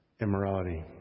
immorality